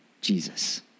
Jesus